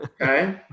Okay